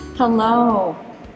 Hello